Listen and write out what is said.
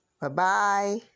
Bye-bye